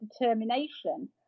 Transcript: determination